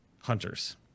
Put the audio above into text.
Hunters